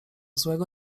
złego